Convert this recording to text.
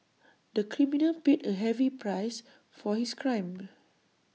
the criminal paid A heavy price for his crime